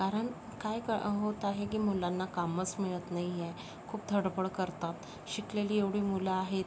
कारण काय क होत आहे की मुलांना कामच मिळत नाही आहे खूप धडपड करतात शिकलेली एवढी मुलं आहेत